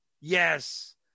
yes